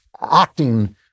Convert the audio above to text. acting